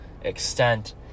extent